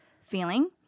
feeling